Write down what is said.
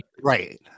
Right